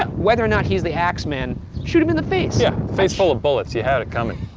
whether or not he's the axeman, shoot him in the face. yeah, face full of bullets. he had it coming.